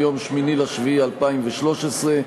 מיום 8 ביולי 2013,